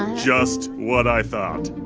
just what i thought.